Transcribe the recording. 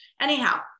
Anyhow